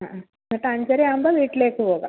ആ ആ എന്നിട്ട് അഞ്ചര ആവുമ്പം വീട്ടിലേക്ക് പോകാം